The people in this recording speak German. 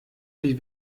die